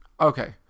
okay